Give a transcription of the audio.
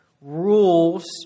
rules